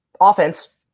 Offense